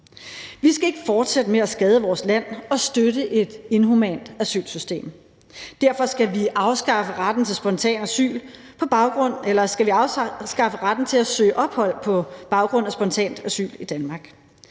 Vi skal ikke fortsætte med at skade vores land og støtte et inhumant asylsystem. Derfor skal vi afskaffe retten til at søge ophold i Danmark på baggrund af spontant asyl. Det